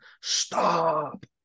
stop